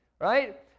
right